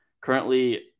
Currently